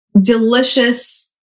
delicious